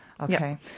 Okay